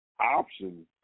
Option